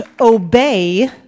obey